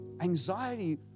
anxiety